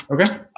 okay